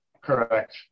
Correct